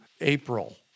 April